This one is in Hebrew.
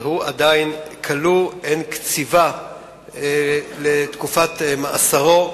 והוא עדיין כלוא, אין קציבה של תקופת מאסרו,